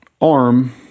arm